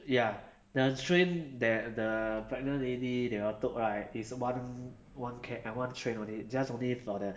ya the train that the pregnant lady they all took right is one one ca~ train only just only got the